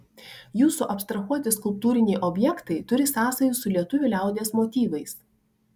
jūsų abstrahuoti skulptūriniai objektai turi sąsajų su lietuvių liaudies motyvais